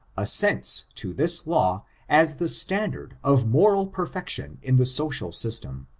assents to this law as the standard of moral perfection in the social system.